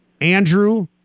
Andrew